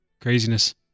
Craziness